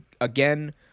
Again